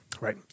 Right